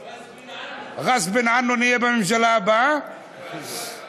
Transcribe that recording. (כתוביות ושפת סימנים) (תיקון מס' 8),